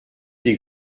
des